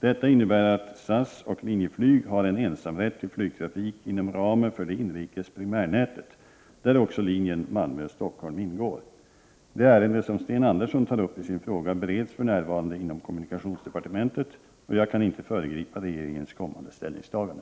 Detta innebär att SAS och Linjeflyg har en ensamrätt till flygtrafik inom ramen för det inrikes primärnätet, där också linjen Malmö-Stockholm ingår. Det ärende som Sten Andersson tar upp i sin fråga bereds för närvarande inom kommunikationsdepartementet, och jag kan inte föregripa regeringens kommande ställningstagande.